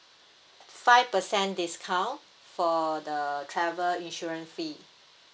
five percent discount for the travel insurance fee